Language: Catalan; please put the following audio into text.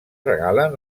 regalen